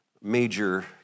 major